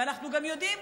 ואנחנו גם יודעים,